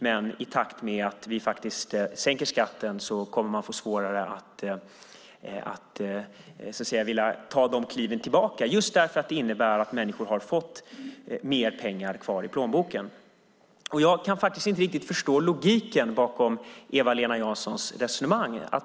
Men i takt med att vi faktiskt sänker skatten kommer man att få svårare att vilja ta de kliven tillbaka just därför att detta innebär att människor har fått mer pengar kvar i plånboken. Jag kan inte riktigt förstå logiken bakom Eva-Lena Janssons resonemang.